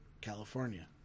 California